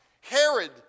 Herod